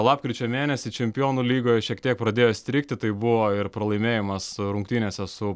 lapkričio mėnesį čempionų lygoje šiek tiek pradėjo strigti tai buvo ir pralaimėjimas rungtynėse su